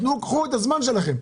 קחו את הזמן שלכם,